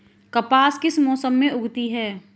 कपास किस मौसम में उगती है?